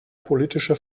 politische